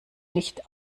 nicht